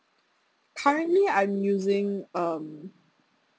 currently I'm using um